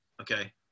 Okay